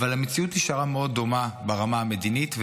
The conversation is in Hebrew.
אבל המציאות נשארה מאוד דומה ברמה המדינית,